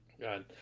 God